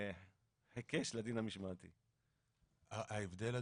אז מה הבעיה?